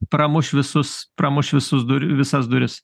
pramuš visus pramuš visus visas duris